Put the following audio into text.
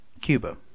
Cuba